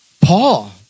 Paul